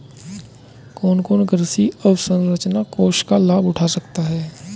कौन कौन कृषि अवसरंचना कोष का लाभ उठा सकता है?